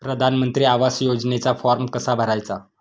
प्रधानमंत्री आवास योजनेचा फॉर्म कसा भरायचा?